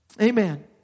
amen